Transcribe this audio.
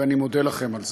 ואני מודה לכם על זה.